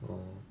oh